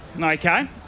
okay